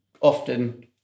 often